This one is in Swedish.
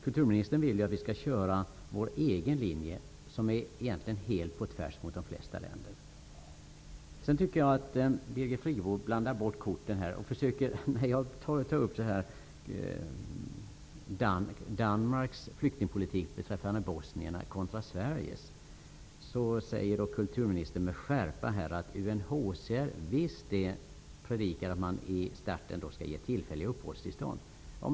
Kulturministern vill att vi skall köra vår egen linje, som egentligen är helt på tvärs mot linjen i de flesta länder. Jag tycker att Birgit Friggebo blandar bort korten. När jag tar upp Danmarks flyktingpolitik beträffande bosnierna kontra Sveriges, säger kulturministern med skärpa att UNHCR visst predikar att man i starten skall ge tillfälliga uppehållstillstånd.